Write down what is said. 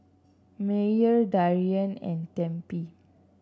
Myer Darian and Tempie